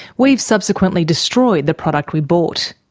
we've subsequently destroyed the product we bought.